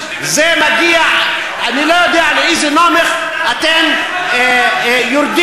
זה מגיע, אני לא יודע לאיזה נומך אתם יורדים.